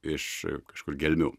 iš kažkur gelmių